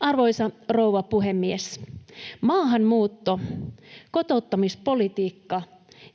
Arvoisa rouva puhemies! Maahanmuutto, kotouttamispolitiikka